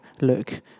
look